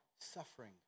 suffering